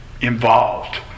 involved